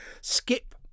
skip